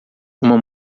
uma